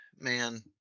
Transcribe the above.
Man